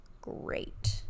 great